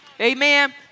Amen